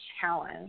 challenge